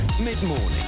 mid-morning